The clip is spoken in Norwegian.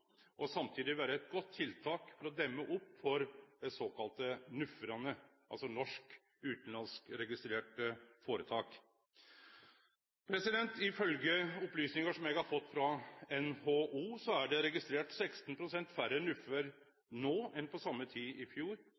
og samtidig vere eit godt tiltak for å demme opp for dei såkalla NUF-ane, altså norskregistrerte utanlandske foretak. Ifølgje opplysningar som eg har fått frå NHO, er det registrert 16 pst. færre NUF-ar no enn på same tida i fjor.